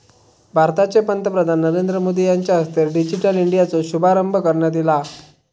भारताचे पंतप्रधान नरेंद्र मोदी यांच्या हस्ते डिजिटल इंडियाचो शुभारंभ करण्यात ईला